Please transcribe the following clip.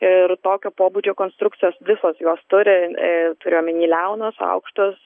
ir tokio pobūdžio konstrukcijos visos jos turi e turiu omeny liaunos aukštos